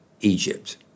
Egypt